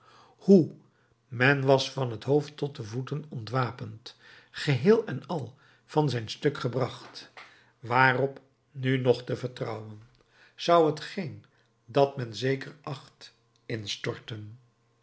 hoe men was van t hoofd tot de voeten ontwapend geheel en al van zijn stuk gebracht waarop nu nog te vertrouwen zou hetgeen dat men zeker acht instorten